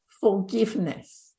forgiveness